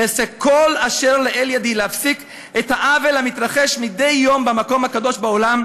אעשה כל אשר לאל ידי להפסיק את העוול המתרחש מדי יום במקום הקדוש בעולם,